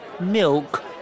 Milk